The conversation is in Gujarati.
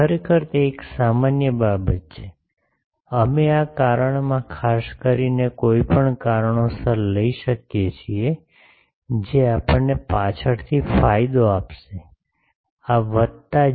ખરેખર તે એક સામાન્ય બાબત છે અમે આ કારણમાં ખાસ કરીને કોઈ પણ કારણોસર લઈ શકીએ છીએ જે આપણને પાછળથી ફાયદો આપશે આ વત્તા જે